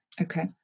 Okay